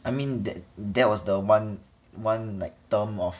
I mean that that was the one one like term of